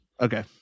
Okay